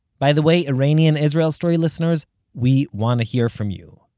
by the way, iranian israel story listeners we want to hear from you.